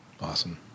Awesome